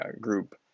group